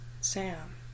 Sam